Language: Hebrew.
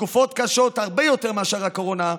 ותקופות קשות הרבה יותר מאשר הקורונה.